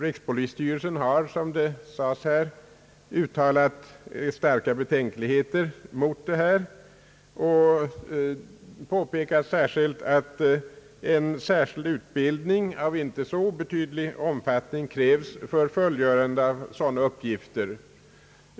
Rikspolisstyrelsen har uttalat starka betänkligheter mot detta och påpekar särskilt, att en speciell utbildning av inte så obetydlig omfattning krävs för fullgörande av sådana uppgifter.